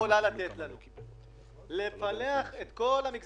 תוכנית שנותנת להם איזשהו מענק או איזשהו